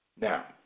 Now